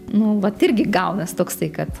nu vat irgi gaunas toksai kad